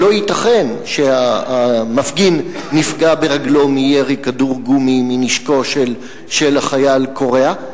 שלא ייתכן שהמפגין נפגע ברגלו מירי כדור גומי מנשקו של החייל קוריאה,